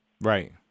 Right